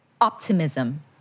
optimism